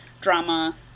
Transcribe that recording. Drama